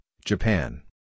Japan